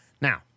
Now